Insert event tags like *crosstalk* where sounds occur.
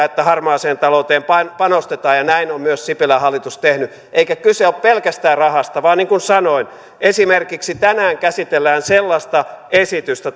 *unintelligible* että harmaaseen talouteen panostetaan ja näin on myös sipilän hallitus tehnyt eikä kyse ole pelkästään rahasta vaan niin kuin sanoin esimerkiksi tänään käsitellään sellaista esitystä *unintelligible*